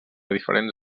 diferents